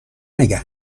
نگه